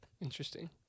Interesting